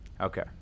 Okay